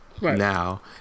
Now